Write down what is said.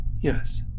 Yes